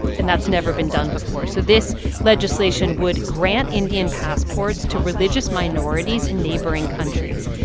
and that's never been done before. so this legislation would grant indian passports to religious minorities in neighboring countries,